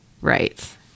right